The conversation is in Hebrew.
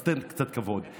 אז תן קצת כבוד.